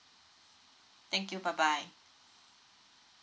thank you bye bye